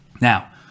Now